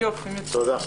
תודה.